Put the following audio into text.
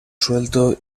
suelto